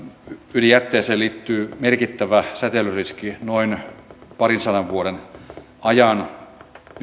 ydinjätteeseen liittyy merkittävä säteilyriski noin parinsadan vuoden ajan